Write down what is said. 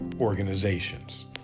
organizations